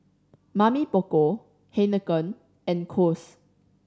Mamy Poko Heinekein and Kose